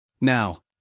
Now